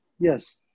Yes